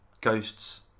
ghosts